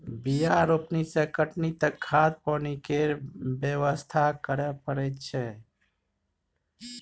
बीया रोपनी सँ कटनी तक खाद पानि केर बेवस्था करय परय छै